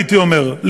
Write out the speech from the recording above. הייתי אומר,